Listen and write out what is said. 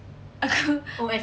aku